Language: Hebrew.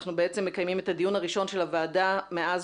כשאנחנו בעצם מקיימים את הדיון הראשון של הוועדה מאז